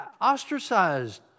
ostracized